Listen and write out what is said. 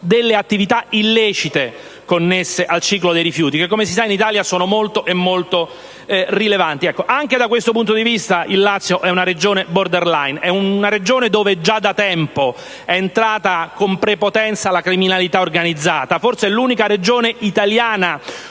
delle attività illecite connesse al ciclo dei rifiuti che, come è noto, in Italia sono molto rilevanti. Anche da questo punto di vista, il Lazio è una Regione *borderline*, dove già da tempo è entrata con prepotenza la criminalità organizzata: forse è l'unica Regione italiana